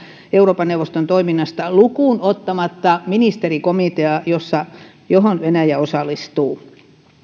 euroopan neuvoston toiminnasta lukuun ottamatta ministerikomiteaa johon venäjä osallistuu